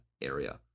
area